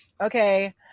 Okay